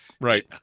right